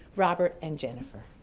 robert and jennifer.